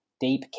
deep